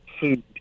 food